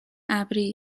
ابری